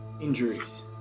injuries